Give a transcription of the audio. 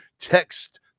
text